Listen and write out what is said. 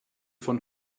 von